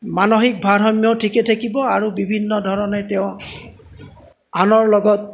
মানসিক ভাৰাসাম্যও ঠিকে থাকিব আৰু বিভিন্ন ধৰণে তেওঁ আনৰ লগত